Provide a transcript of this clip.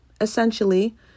essentially